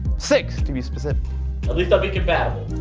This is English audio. six to be specific. a least i'll be compatible.